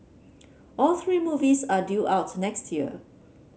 all three movies are due out next year